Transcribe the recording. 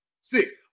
six